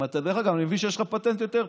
דרך אגב, אני מבין שיש לך פטנט יותר טוב.